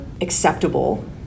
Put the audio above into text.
acceptable